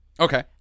Okay